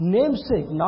Namesake